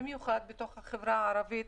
במיוחד בחברה הערבית.